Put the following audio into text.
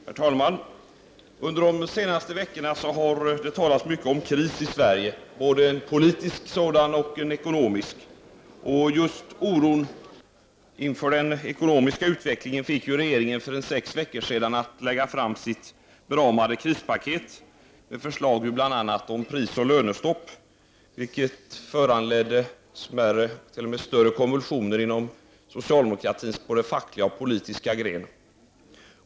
Herr talman! Under de senaste veckorna har det talats mycket om kris i Sverige, både en politisk sådan och en ekonomisk sådan. Just oron inför den ekonomiska utvecklingen fick regeringen att för sex veckor sedan lägga fram sitt beramade krispaket med förslag om bl.a. prisoch lönestopp. Det föranledde större konvulsioner inom socialdemokratins fackliga och politiska grenar.